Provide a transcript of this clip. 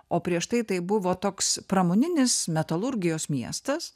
o prieš tai buvo toks pramoninis metalurgijos miestas